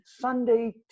Sunday